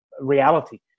reality